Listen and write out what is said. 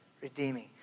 Redeeming